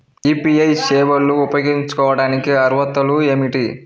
UPI సేవలు ఉపయోగించుకోటానికి అర్హతలు ఏమిటీ?